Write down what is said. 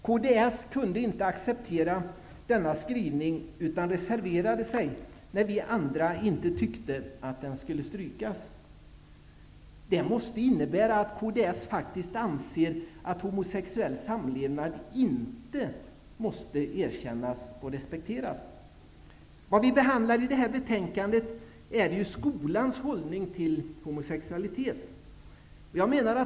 Kds kunde inte acceptera denna skrivning, utan man reserverade sig när vi andra tyckte att meningen inte skulle strykas. Det måste innebära att kds faktiskt anser att homosexuell samlevnad inte måste erkännas och respekteras. I det här betänkandet behandlas ju skolans hållning till homosexualitet.